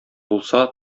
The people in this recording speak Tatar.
булса